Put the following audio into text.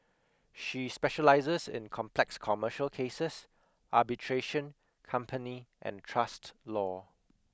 she specialises in complex commercial cases arbitration company and trust law